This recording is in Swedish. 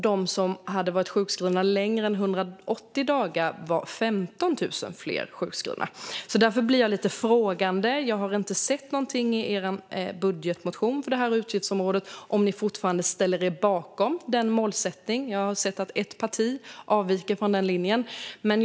De som hade varit sjukskrivna längre än 180 dagar var 15 000 fler. Därför ställer jag mig frågande. Jag har inte sett något i er budgetmotion för utgiftsområdet som visar att ni fortfarande ställer er bakom det målet. Jag har sett att ett parti avviker från den linjen.